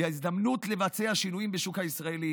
הוא הזדמנות לבצע שינויים בשוק הישראלי